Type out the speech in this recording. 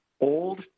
old